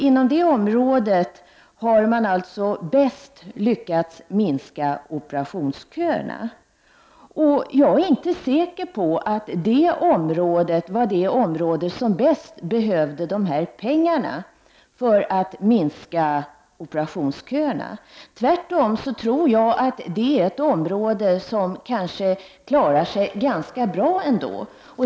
På det området har man bäst lyckats minska operationsköerna. Jag är inte säker på att det var det område som bäst behövde pengarna för att minska operationsköerna. Tvärtom tror jag att det är ett område som klarar sig ganska bra ändå.